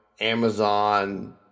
Amazon